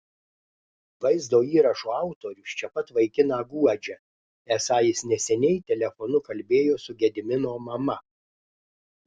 vaizdo įrašo autorius čia pat vaikiną guodžia esą jis neseniai telefonu kalbėjo su gedimino mama